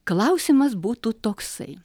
klausimas būtų toksai